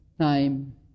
time